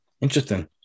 Interesting